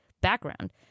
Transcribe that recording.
background